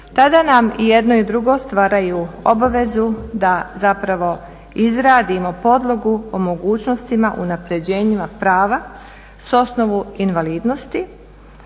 tada nam i jedno i drugo stvaraju obavezu da zapravo izradimo podlogu o mogućnostima i unaprjeđenjima prava s osnovu invalidnosti,